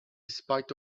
spite